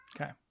Okay